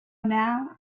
now